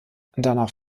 danach